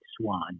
swan